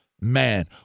man